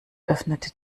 öffnete